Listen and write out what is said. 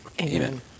Amen